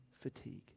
fatigue